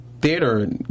theater